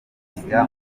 basigaye